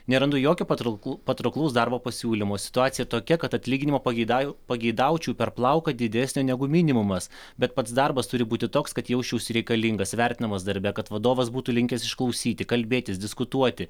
nerandu jokio patrauklu patrauklaus darbo pasiūlymo situacija tokia kad atlyginimo pageidavi pageidaučiau per plauką didesnio negu minimumas bet pats darbas turi būti toks kad jausčiausi reikalingas vertinamas darbe kad vadovas būtų linkęs išklausyti kalbėtis diskutuoti